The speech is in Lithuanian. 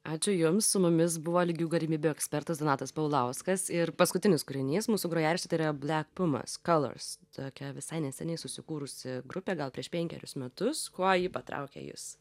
ačiū jums su mumis buvo lygių galimybių ekspertas donatas paulauskas ir paskutinis kūrinys mūsų grojarašty tai yra black pumas colors tokia visai neseniai susikūrusi grupė gal prieš penkerius metus kuo ji patraukė jus